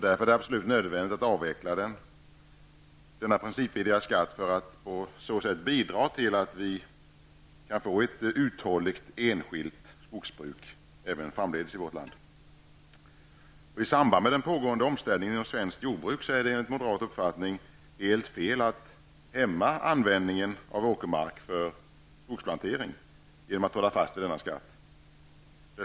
Därför är det absolut nödvändigt att avveckla denna principvidriga skatt för att på så sätt bidra till att vi kan få ett uthålligt enskilt skogsbruk även framdeles i vårt land. I samband med den pågående omställningen av svenskt jordbruk är det enligt moderat uppfattning helt fel att hämma användningen av åkermark för skogsplantering genom att hålla fast vid denna skatt.